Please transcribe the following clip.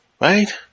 right